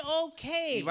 okay